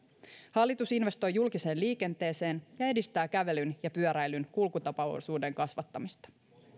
hallitus investoi julkiseen liikenteeseen ja edistää kävelyn ja pyöräilyn kulkutapaosuuden kasvattamista